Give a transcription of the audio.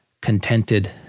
contented